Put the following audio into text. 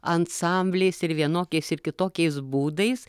ansambliais ir vienokiais ir kitokiais būdais